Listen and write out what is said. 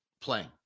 playing